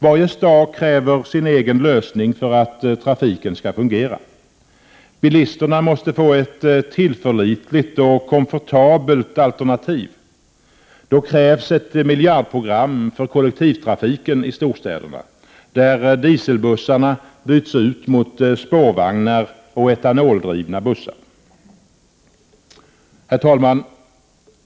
Varje stad kräver sin egen lösning för att trafiken skall fungera. Bilisterna måste få ett tillförlitligt och komfortabelt alternativ. Då krävs ett miljardprogram för kollektivtrafiken i storstäderna, där dieselbussarna byts ut mot spårvagnar och etanoldrivna bussar. Herr talman!